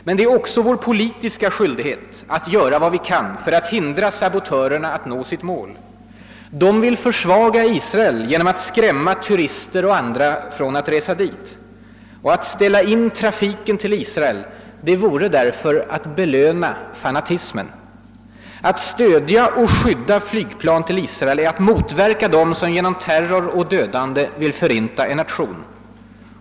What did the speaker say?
Men det är också vår politiska skyldighet att göra vad vi kan för att hindra sabotörerna att nå sitt mål. De vill försvaga Israel genom att skrämma turister och andra från att resa dit. Och att ställa in trafiken till Israel vore därför att belöna fanatismen. Att stödja och skydda flygplan till Israel är att motverka dem som genom terror och dödande vill förinta en nation.